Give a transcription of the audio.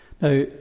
Now